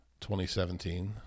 2017